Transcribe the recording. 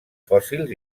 fòssils